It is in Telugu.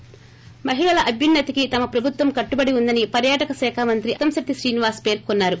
థి మహిళల అభ్యున్న తికి తమ ప్రభుత్వం కట్టుబడి ఉందని పర్యాటక శాఖ మంత్రి ముత్తంశెట్టి శ్రీనివాస్ పేర్కొన్నారు